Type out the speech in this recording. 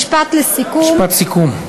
משפט לסיכום.